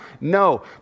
No